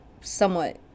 somewhat